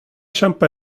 kämpa